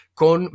con